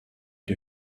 dir